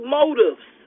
motives